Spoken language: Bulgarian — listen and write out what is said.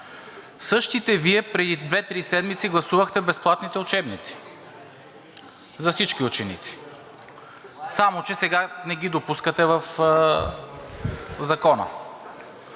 Същите Вие преди две-три седмици гласувахте безплатните учебници за всички ученици, само че сега не ги допускате в закона.